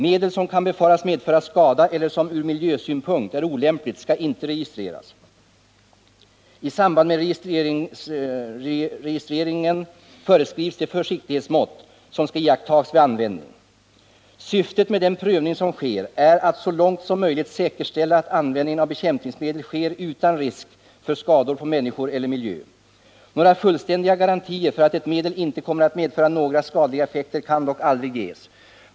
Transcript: Medel som kan befaras medföra skada eller som ur miljösynpunkt är olämpligt skall inte registreras. I samband med registreringen föreskrivs de försiktighetsmått som skall iakttas vid användning. Syftet med den prövning som sker är att så långt som möjligt säkerställa att användningen av bekämpningsmedel sker utan risk för skador på människor eller miljö. Några fullständiga garantier för att ett medel inte kommer att medföra några skadliga effekter kan dock aldrig ges.